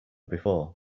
before